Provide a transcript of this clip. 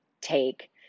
take